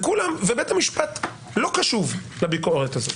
בית המשפט לא קשוב לביקורת הזאת.